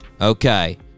Okay